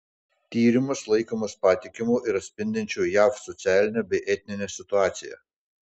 tyrimas laikomas patikimu ir atspindinčiu jav socialinę bei etninę situaciją